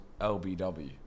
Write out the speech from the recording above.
LBW